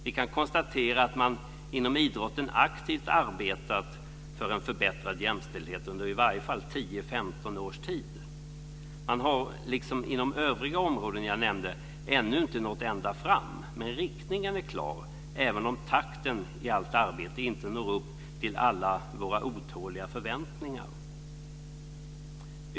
Vi kan konstatera att man inom idrotten aktivt arbetat för en förbättrad jämställdhet under åtminstone 10-15 års tid. Man har liksom på övriga områden jag nämnde ännu inte nått ända fram. Men riktningen är klar, även om takten i allt arbete inte når upp till alla våra otåliga förväntningar.